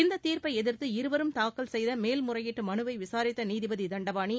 இந்தத் தீர்ப்பை எதிர்த்து இருவரும் தாக்கல் செய்த மேல்முறையீட்டு மனுவை விசாரித்த நீதிபதி தண்டபாணி